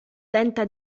tenta